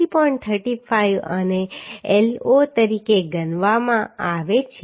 35 અને L0 તરીકે ગણવામાં આવે છે